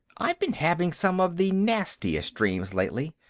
i've been having some of the nastiest dreams, lately.